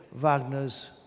Wagner's